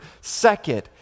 Second